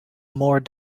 more